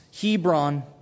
Hebron